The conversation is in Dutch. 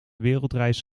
wereldreis